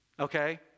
Okay